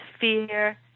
fear